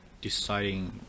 deciding